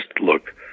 look